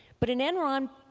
but in enron,